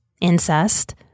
incest